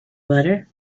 butter